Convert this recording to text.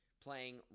playing